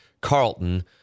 Carlton